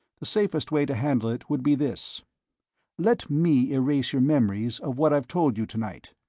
the safest way to handle it would be this let me erase your memories of what i've told you tonight.